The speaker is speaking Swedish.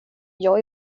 jag